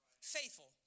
faithful